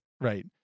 Right